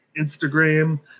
Instagram